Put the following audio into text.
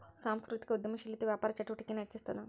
ಸಾಂಸ್ಕೃತಿಕ ಉದ್ಯಮಶೇಲತೆ ವ್ಯಾಪಾರ ಚಟುವಟಿಕೆನ ಹೆಚ್ಚಿಸ್ತದ